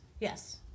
yes